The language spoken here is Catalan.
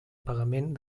pagament